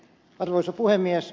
arvoisa puhemies